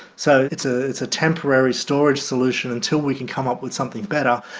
so it's ah it's a temporary storage solution until we can come up with something better,